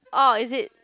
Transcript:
orh is it